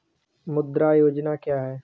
मुद्रा योजना क्या है?